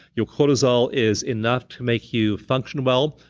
your cortisol is enough to make you function well,